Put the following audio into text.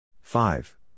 Five